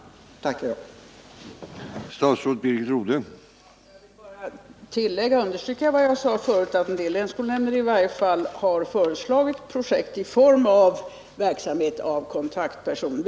Då tackar jag.